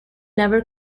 never